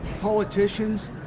Politicians